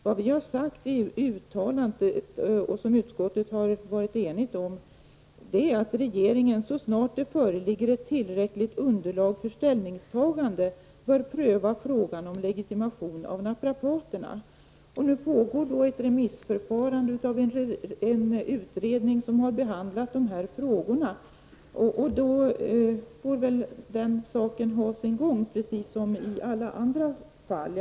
Vad vi har sagt, och vad utskottet varit enigt om, är att regeringen så snart det föreligger ett slutligt underlag för ställningstagande bör ta upp frågan om legitimation för naprapaterna. Nu pågår ett remissförfarande efter en utredning som behandlade dessa frågor. Då får väl den saken ha sin gång, precis som i alla andra fall.